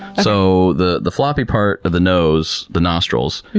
so, the the floppy part of the nose, the nostrils,